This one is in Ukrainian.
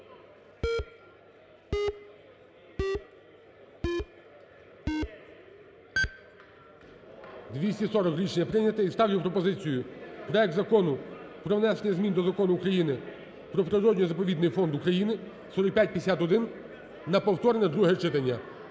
13:25:10 За-240 І ставлю пропозицію проект Закону про внесення змін до Закону України "Про природно-заповідний фонд України" (4551) на повторне друге читання.